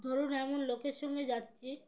ধরুন এমন লোকের সঙ্গে যাচ্ছি